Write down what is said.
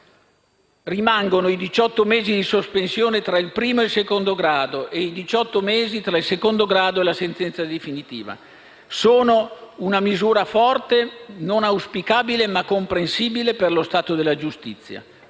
Rimangono i diciotto mesi di sospensione tra primo e secondo grado e i diciotto mesi tra il secondo grado e la sentenza definitiva. Sono una misura forte, non auspicabile ma comprensibile per lo stato della giustizia.